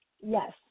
Yes